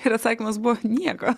ir atsakymas buvo nieko